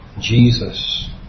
Jesus